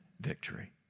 victory